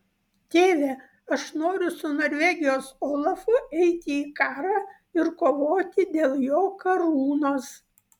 tėve aš noriu su norvegijos olafu eiti į karą ir kovoti dėl jo karūnos